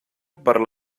per